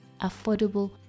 affordable